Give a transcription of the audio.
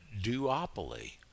duopoly